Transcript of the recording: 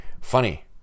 Funny